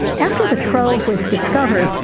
after the trove was discovered,